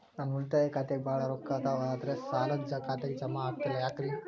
ನನ್ ಉಳಿತಾಯ ಖಾತ್ಯಾಗ ಬಾಳ್ ರೊಕ್ಕಾ ಅದಾವ ಆದ್ರೆ ಸಾಲ್ದ ಖಾತೆಗೆ ಜಮಾ ಆಗ್ತಿಲ್ಲ ಯಾಕ್ರೇ ಸಾರ್?